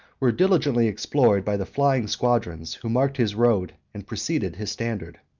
were diligently explored by the flying squadrons, who marked his road and preceded his standard.